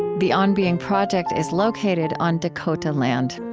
the on being project is located on dakota land.